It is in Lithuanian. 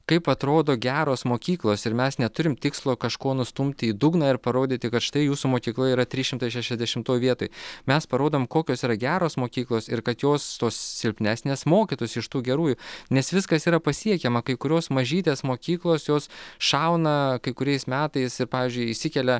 kaip atrodo geros mokyklos ir mes neturim tikslo kažko nustumti į dugną ir parodyti kad štai jūsų mokykla yra trys šimtai šešiasdešimtoj vietoj mes parodom kokios yra geros mokyklos ir kad jos tos silpnesnės mokytųsi iš tų gerųjų nes viskas yra pasiekiama kai kurios mažytės mokyklos jos šauna kai kuriais metais ir pavyzdžiui išsikelia